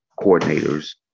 coordinators